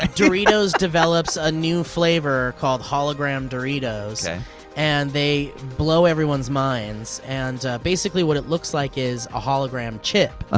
ah doritos develops a new flavor called hologram doritos and they blow everyone's minds, and basically what it looks like is a hologram chip. ah